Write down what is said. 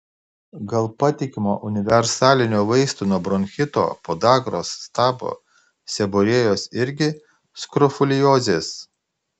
gal patikimo universalinio vaisto nuo bronchito podagros stabo seborėjos irgi skrofuliozės